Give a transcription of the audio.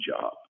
job